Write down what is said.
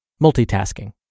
multitasking